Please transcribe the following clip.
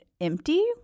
empty